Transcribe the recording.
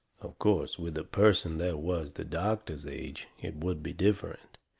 of course, with a person that was the doctor's age it would be different.